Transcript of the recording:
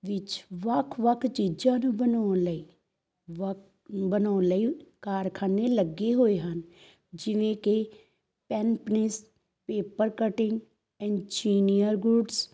ਵਿੱਚ ਵੱਖ ਵੱਖ ਚੀਜ਼ਾਂ ਨੂੰ ਬਣਾਉਣ ਲਈ ਵੱ ਬਣਾਉਣ ਲਈ ਕਾਰਖਾਨੇ ਲੱਗੇ ਹੋਏ ਹਨ ਜਿਵੇਂ ਕਿ ਪੈਨ ਪਨਿਸ ਪੇਪਰ ਕਟਿੰਗ ਇੰਜੀਨੀਅਰ ਗੁਡਸ